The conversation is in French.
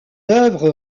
œuvre